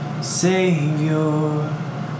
Savior